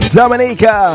Dominica